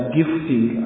gifting